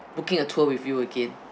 booking a tour with you again